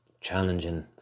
challenging